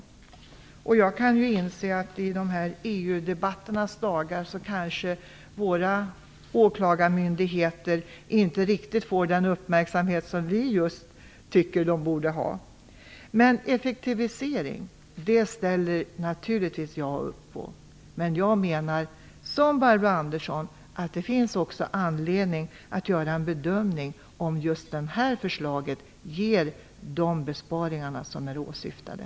Jag kan i dessa EU-debatternas dagar inse att våra åklagarmyndigheter kanske inte riktigt får den uppmärksamhet som just vi tycker att de borde ha. Effektivisering ställer jag naturligtvis upp på. Men jag menar som Barbro Andersson att det finns anledning att göra en bedömning av om just detta förslag ger de besparingar som är åsyftade.